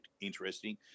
Interesting